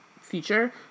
future